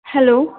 hello